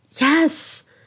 Yes